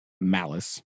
malice